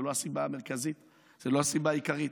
זו לא הסיבה המרכזית, זו לא הסיבה העיקרית.